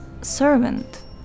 servant